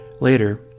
Later